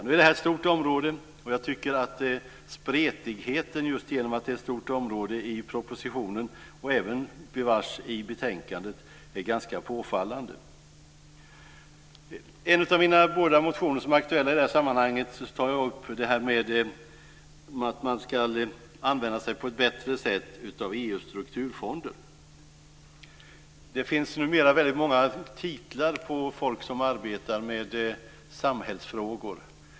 På grund av att det är ett stort område som behandlas i propositionen och i betänkandet är spretigheten ganska påfallande. I en av mina båda motioner som är aktuella i sammanhanget tar jag upp frågan om att använda sig av EU:s strukturfonder på ett bättre sätt. Det finns numera många titlar på folk som arbetar med samhällsfrågor.